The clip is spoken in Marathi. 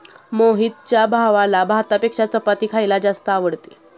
मोहितच्या भावाला भातापेक्षा चपाती खायला जास्त आवडते